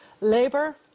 Labour